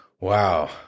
Wow